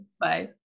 Bye